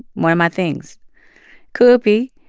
one of my things could be,